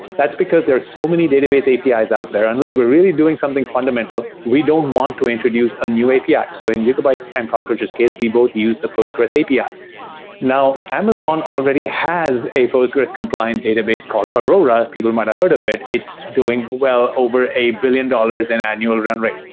that's because there are so many database apis out there. unless we're really doing something fundamental, we don't want to introduce a new api. ah so in yugabyte's and cockroach's case, we both used the postgres api. yeah now, amazon already has a postgres compliant database called aurora. people might've heard of it. it's doing well over a billion dollars in annual run rate.